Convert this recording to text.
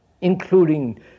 including